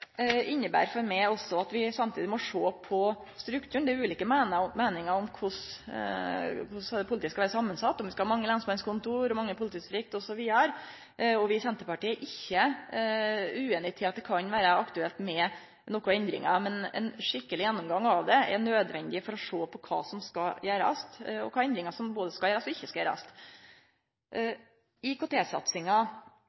ulike meiningar om korleis politiet skal vere samansett, om vi skal ha mange lensmannskontor og mange politidistrikt osv., og vi i Senterpartiet er ikkje ueinige i at det kan vere aktuelt med nokre endringar. Men ein skikkeleg gjennomgang av det er nødvendig for å sjå på kva som skal gjerast, og kva endringar som både skal gjerast og ikkje skal